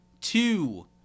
two